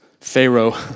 Pharaoh